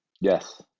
Yes